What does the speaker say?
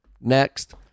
next